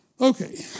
okay